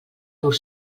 dur